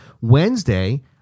Wednesday